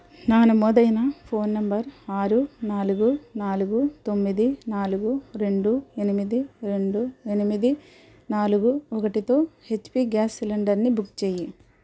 నా నమోదైన phone number ఆరు నాలుగు నాలుగు తొమ్మిది నాలుగు రెండు ఎనిమిది రెండు ఎనిమిది నాలుగు ఒకటితో హెచ్పి గ్యాస్ సిలిండర్ ని బుక్ చేయి